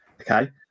okay